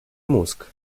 mózg